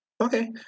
okay